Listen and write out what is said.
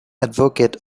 advocate